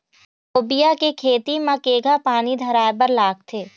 लोबिया के खेती म केघा पानी धराएबर लागथे?